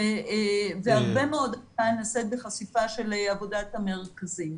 הרבה מאוד עבודה נעשית בחשיפה של עבודת המרכזים.